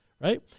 Right